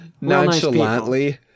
nonchalantly